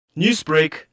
Newsbreak